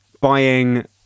buying